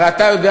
הרי אתה יודע,